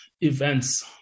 events